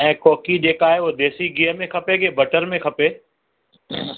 ऐं कोकी जेका आहे उहा देसी गिह में खपे की बटर खपे